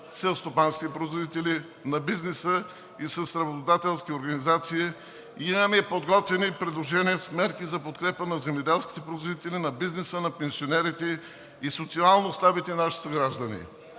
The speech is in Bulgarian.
селскостопанските производители, на бизнеса и с работодателски организации и имаме подготвени предложения с мерки за подкрепа на земеделските производители, на бизнеса, на пенсионерите и социалнослабите наши съграждани.